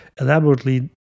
elaborately